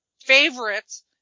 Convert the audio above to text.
favorites